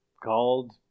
called